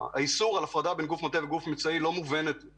האיסור על הפרדה בין גוף מטה לגוף מבצעי לא מובנת לי